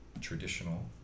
traditional